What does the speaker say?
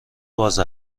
باز